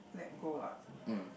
let go ah